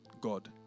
God